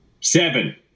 Seven